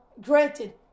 Granted